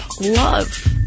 love